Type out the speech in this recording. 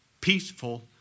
peaceful